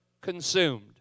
consumed